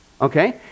Okay